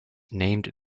named